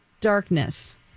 darkness